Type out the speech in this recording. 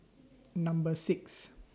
Number six